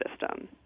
system